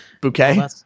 Bouquet